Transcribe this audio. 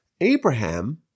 Abraham